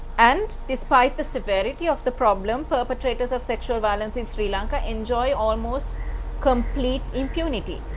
and despite the severity of the problem perpetrators of sexual violence in sri lanka enjoy almost complete impunity.